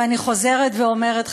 ואני חוזרת ואומרת,